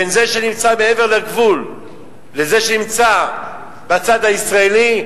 בין זה שנמצא מעבר לגבול לזה שנמצא בצד הישראלי,